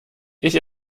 ich